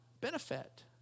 benefit